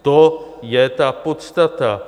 To je ta podstata.